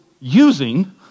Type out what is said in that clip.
using